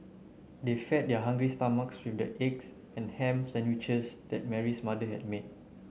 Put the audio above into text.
they fed their hungry stomachs with the eggs and ham sandwiches that Mary's mother had made